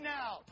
Now